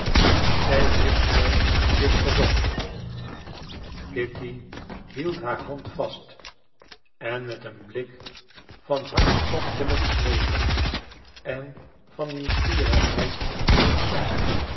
zij hoeft mij dit verzocht kitty hield haar hand vast en met een blik van hartstochtelijk smeeken en van nieuwsgierigheid vroeg zij